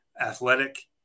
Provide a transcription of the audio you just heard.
athletic